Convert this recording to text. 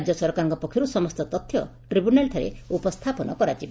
ରାଜ୍ୟ ସରକାର ପକ୍ଷରୁ ସମସ୍ତ ତଥ୍ୟ ଟିବ୍ୟୁନାଲଠାରେ ଉପସ୍ଥାପନ କରାଯିବ